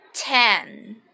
Ten